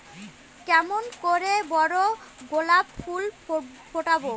কেমন করে বড় গোলাপ ফুল ফোটাব?